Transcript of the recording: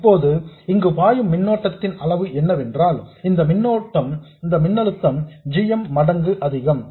இப்போது இங்கு பாயும் மின்னோட்டத்தின் அளவு என்னவென்றால் இதன் மின்னழுத்தம் g m மடங்கு அதிகம்